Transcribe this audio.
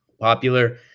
popular